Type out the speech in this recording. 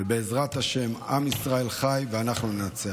ובעזרת השם, עם ישראל חי, ואנחנו ננצח.